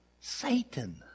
Satan